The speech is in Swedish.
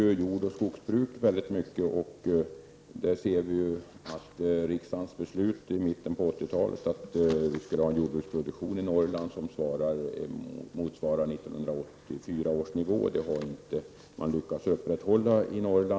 Jordbruket och skogsbruket betyder väldigt mycket för Ånge. Riksdagens beslut i mitten av 80-talet om att jordbruksproduktionen i Norrland skulle motsvara 1984 års nivå har man inte lyckats förverkliga.